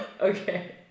okay